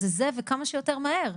זה זה וכמה שיותר מהר.